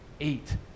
eight